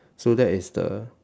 so that is the